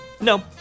No